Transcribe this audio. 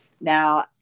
Now